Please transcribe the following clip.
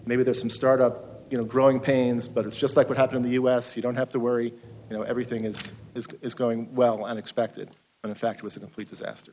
maybe there's some startup you know growing pains but it's just like what happen in the u s you don't have to worry you know everything is is is going well and expected and in fact was a complete disaster